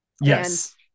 Yes